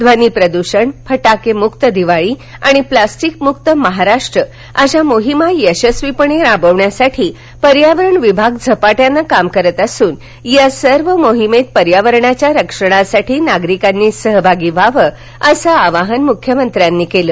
ध्वनीप्रदूषण फटाकेमुक्त दिवाळी आणि प्लास्टिकमुक्त महाराष्ट्र अशा मोहिमा यशस्वीपणे राबविण्यासाठी पर्यावरण विभाग झपाट्याने काम करीत असून या सर्व मोहिमेत पर्यावरणाच्या रक्षणासाठी नागरिकांनी सहभागी व्हावं असं आवाहन मुख्यमंत्र्यांनी केलं